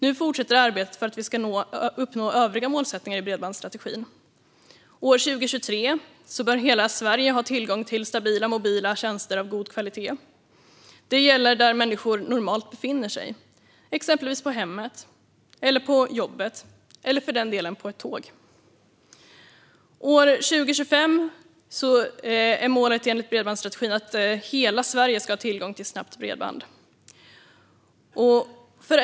Nu fortsätter arbetet för att vi ska uppnå övriga målsättningar i bredbandsstrategin. År 2023 bör hela Sverige ha tillgång till stabila mobila tjänster av god kvalitet. Det gäller där människor normalt befinner sig, exempelvis i hemmet, på jobbet eller för den delen på ett tåg. År 2025 är målet enligt bredbandsstrategin att hela Sverige ska ha tillgång till snabbt bredband.